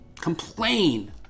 complain